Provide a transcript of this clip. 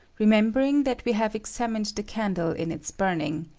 remembering that we have examined the candle in its burning,